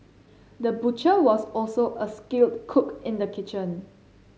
the butcher was also a skilled cook in the kitchen